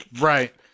Right